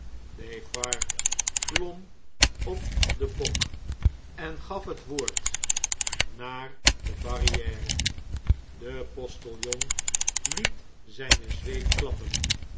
defarge klom op den bok en gaf het woord naar de barrier el de postiljon liet zgne zweep klappen